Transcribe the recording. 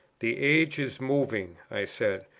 the age is moving, i said,